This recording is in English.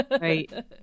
Right